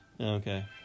Okay